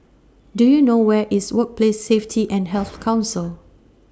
Do YOU know Where IS Workplace Safety and Health Council